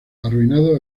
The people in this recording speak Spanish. arruinado